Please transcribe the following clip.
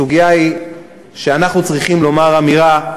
הסוגיה היא שאנחנו צריכים לומר אמירה,